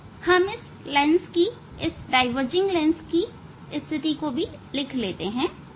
हम इन diverging lens की स्थिति को भी लिख लेंगे